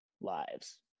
lives